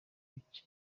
kuki